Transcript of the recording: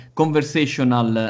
conversational